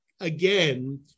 again